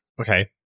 Okay